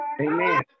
Amen